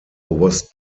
was